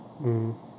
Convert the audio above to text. mm